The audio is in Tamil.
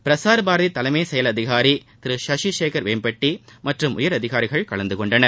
பிரசார்பாரதி தலைமை செயல் அதிகாரி திரு சசி சேகர் வேம்பட்டி மற்றும் உயரதிகாரிகள் கலந்துகொண்டனர்